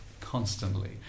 constantly